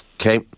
Okay